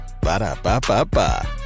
Ba-da-ba-ba-ba